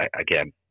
again